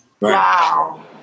Wow